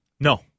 No